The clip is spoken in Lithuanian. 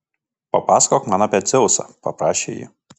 papasakok man apie dzeusą paprašė ji